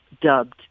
dubbed